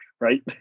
right